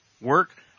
work